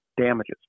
damages